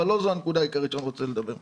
אבל לא זו הנקודה העיקרית שאני רוצה לדבר עליה.